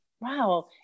Wow